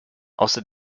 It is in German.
außer